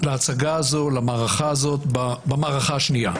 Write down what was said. להצגה הזאת במערכה השנייה.